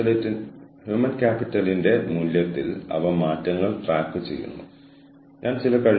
കൂടാതെ human capital ഉൽപ്പാദിപ്പിക്കുന്നതിന് ആവശ്യമായ ഭൌതിക വസ്തുക്കളാണിവ